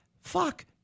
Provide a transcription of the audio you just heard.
fuck